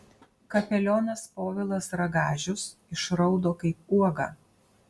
kapelionas povilas ragažius išraudo kaip uoga